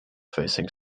facing